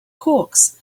hawks